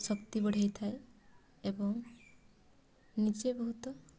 ଶକ୍ତି ବଢାଇଥାଏ ଏବଂ ନିଜେ ବହୁତ